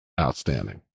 outstanding